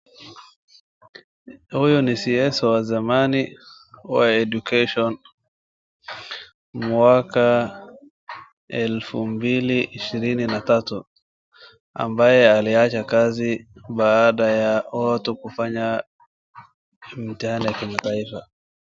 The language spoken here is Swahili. Huyu ni Cs wa zamani wa Education mwaka elfu mbili ishirini na tatu ambaye aliacha kazi baada ya watu kufanya mtihani wa kimataifa.